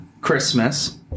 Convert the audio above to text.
Christmas